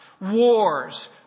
wars